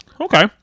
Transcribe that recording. Okay